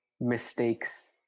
mistakes